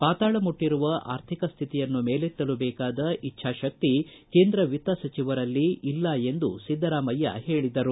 ಪಾತಾಳ ಮುಟ್ಟಿರುವ ಆರ್ಥಿಕ ಸ್ಥಿತಿಯನ್ನು ಮೇಲೆತ್ತಲು ಬೇಕಾದ ಇಚ್ಛಾಕ್ತಿ ಕೇಂದ್ರ ವಿತ್ತ ಸಚಿವರಲ್ಲಿ ಇಲ್ಲ ಎಂದು ಸಿದ್ದರಾಮಯ್ಯ ಹೇಳಿದರು